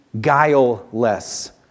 guileless